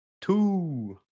Two